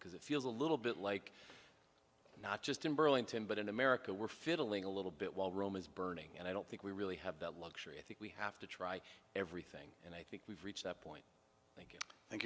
because it feels a little bit like not just in burlington but in america we're feeling a little bit while rome is burning and i don't think we really have that luxury i think we have to try everything i think we've reached that point thank